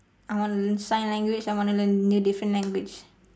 I want to learn sign language I want to learn new different language